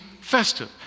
festive